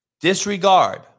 disregard